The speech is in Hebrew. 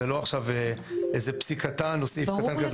זה לא עכשיו איזה פסיק קטן או סעיף קטן כזה